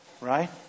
right